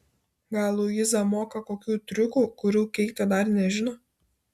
gal luiza moka kokių triukų kurių keitė dar nežino